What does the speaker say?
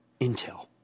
Intel